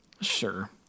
Sure